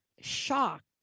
shocked